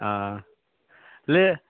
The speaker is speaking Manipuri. ꯑꯥ